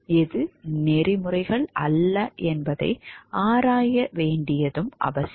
எது நெறிமுறைகள் அல்ல என்பதை ஆராய வேண்டியதும் அவசியம்